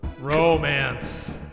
romance